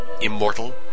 Immortal